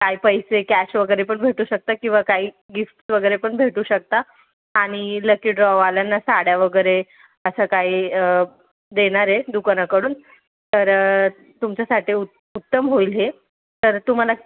काय पैसे कॅश वगैरे पण भेटू शकतं किंवा काही गिफ्ट्स वगैरे पण भेटू शकतात आणि लकी ड्रॉवाल्यांना साड्या वगैरे असं काही देणार आहे दुकानाकडून तर तुमच्यासाठी उत उत्तम होईल हे तर तुम्हाला